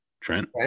Trent